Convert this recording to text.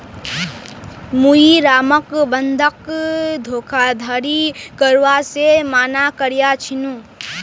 मुई रामक बंधक धोखाधड़ी करवा से माना कर्या छीनु